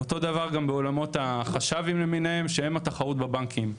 אותו דבר בעולמות החשבים למיניהם שהם התחרות בבנקים.